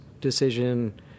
decision